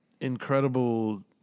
incredible